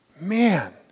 man